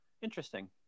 interesting